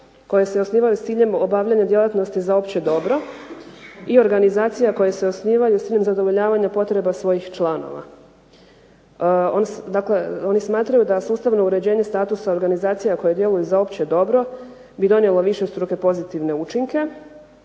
koje se osnivaju s ciljem obavljanja djelatnosti za opće dobro i organizacija koje se osnivaju u cilju zadovoljavanja potreba svojih članova. Oni smatraju da sustavno uređenje statusa organizacija koje djeluju za opće dobro bi donijelo višestruke pozitivne učinke.